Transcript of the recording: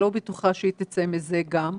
לא בטוחה שהיא תצא מזה גם,